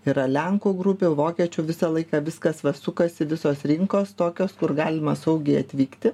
yra lenkų grupių vokiečių visą laiką viskas va sukasi visos rinkos tokios kur galima saugiai atvykti